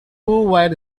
were